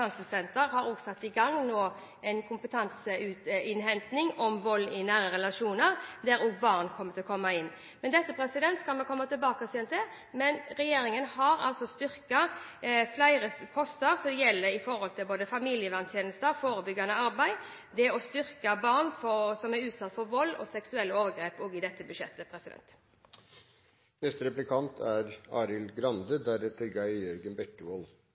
også har satt i gang en kompetanseinnhenting om vold i nære relasjoner, der også barn kommer til å komme inn. Dette skal vi komme tilbake til, men regjeringen har styrket flere poster som gjelder for familieverntjenester, forebyggende arbeid, det å styrke barn som er utsatt for vold og seksuelle overgrep, også i dette budsjettet.